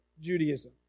Judaism